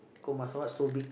because my stomach so big